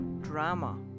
drama